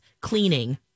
Cleaning